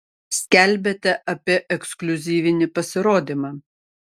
skelbiate apie ekskliuzyvinį pasirodymą